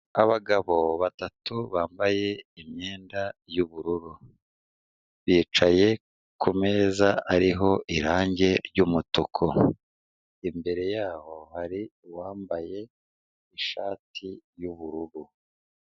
Abagabo batatu bambaye imyenda y'ubururu, bicaye ku meza ariho irange ry'umutuku, imbere yaho hari uwambaye ishati y'ubururu.